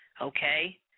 Okay